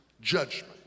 judgment